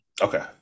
Okay